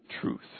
truth